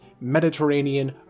Mediterranean